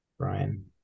Brian